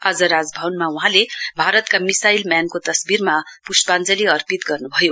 आज राजभवनमा वहाँले भारतका मिसाइल म्यानको तस्वीरमा पुस्पाञ्जली अर्पित गर्नुभयो